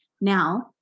Now